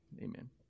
amen